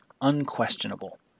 unquestionable